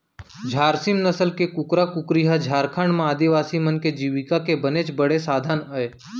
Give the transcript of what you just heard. झार सीम नसल के कुकरा कुकरी ह झारखंड म आदिवासी मन के जीविका के बनेच बड़े साधन अय